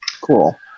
Cool